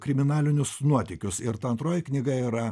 kriminalinius nuotykius ir ta antroji knyga yra